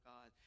God